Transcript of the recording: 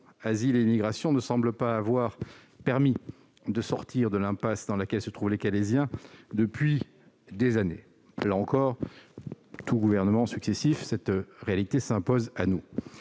Asile et immigration ne semble pas avoir permis de sortir de l'impasse dans laquelle se trouvent les Calaisiens depuis des années. Indépendamment, là encore, des gouvernements successifs, c'est une réalité qui s'impose à nous.